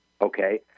okay